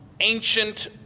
ancient